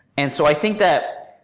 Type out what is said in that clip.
and so i think that,